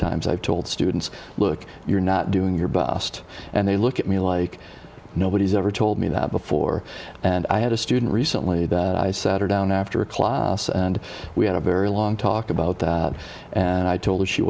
times i've told students look you're not doing your bust and they look at me like nobody's ever told me that before and i had a student recently sat her down after a class and we had a very long talk about that and i told her she